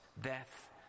death